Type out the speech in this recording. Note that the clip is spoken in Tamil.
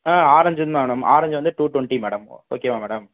ஆ ஆரஞ்சும் மேடம் ஆரஞ்சு வந்து டூ டொண்ட்டி மேடம் ஓகேவா மேடம்